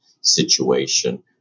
situation